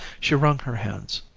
she wrung her hands.